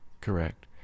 Correct